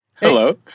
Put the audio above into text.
hello